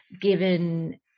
given